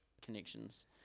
connections